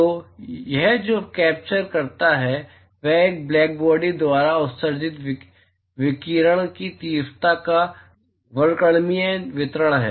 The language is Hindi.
तो यह जो कैप्चर करता है वह एक ब्लैक बॉडी द्वारा उत्सर्जित विकिरण की तीव्रता का वर्णक्रमीय वितरण है